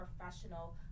professional